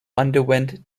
underwent